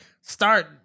start